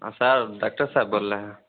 हाँ sir doctor साहब बोल रहे